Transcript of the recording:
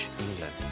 England